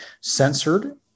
censored